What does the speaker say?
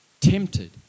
tempted